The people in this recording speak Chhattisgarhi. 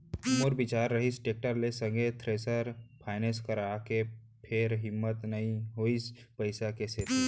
मोर बिचार रिहिस टेक्टर के संग थेरेसर फायनेंस कराय के फेर हिम्मत नइ होइस पइसा के सेती